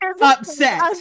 Upset